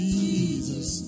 Jesus